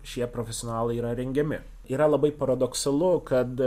šie profesionalai yra rengiami yra labai paradoksalu kad